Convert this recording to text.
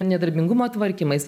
nedarbingumo tvarkymais